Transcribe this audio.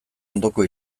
ondoko